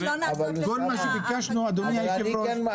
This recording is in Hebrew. אדוני היושב-ראש,